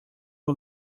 who